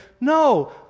No